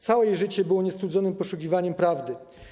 Całe jej życie było niestrudzonym poszukiwaniem prawdy.